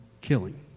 killing